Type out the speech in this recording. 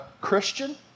Christian